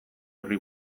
horri